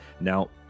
Now